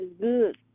Good